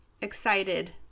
excited